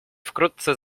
wkrótce